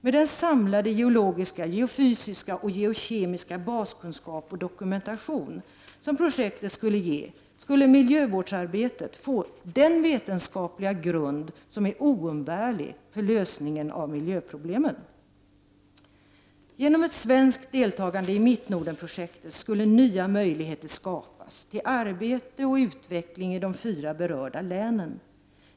Med den samlade geologiska, geofysiska och geokemiska baskunskap och dokumentation som projektet skulle ge, skulle miljövårdsarbetet få den vetenskapliga grund som är oumbärlig för lösningen av miljöproblemen. Genom ett svenskt deltagande i Mittnordenprojektet skulle nya möjligheter skapas till arbete och utveckling i de fyra berörda länen.